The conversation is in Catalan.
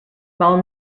val